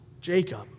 Jacob